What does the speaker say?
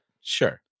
Sure